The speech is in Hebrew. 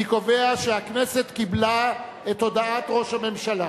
אני קובע שהכנסת קיבלה את הודעת ראש הממשלה.